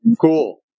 Cool